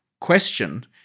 question